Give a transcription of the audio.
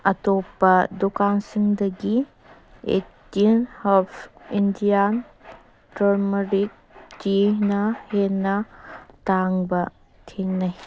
ꯑꯇꯣꯞꯄ ꯗꯨꯀꯥꯟꯁꯤꯡꯗꯒꯤ ꯑꯦꯠꯇꯤꯟ ꯍꯞ ꯏꯟꯗꯤꯌꯥꯟ ꯇꯔꯃꯔꯤꯛ ꯇꯤꯅ ꯍꯦꯟꯅ ꯇꯥꯡꯕ ꯊꯦꯡꯅꯩ